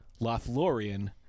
Lothlorien